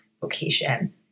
vocation